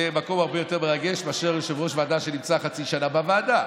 זה מקום הרבה יותר מרגש מאשר יושב-ראש ועדה שנמצא חצי שנה בוועדה.